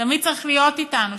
תמיד צריך להיות איתנו,